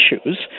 issues